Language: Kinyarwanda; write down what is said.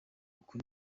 uku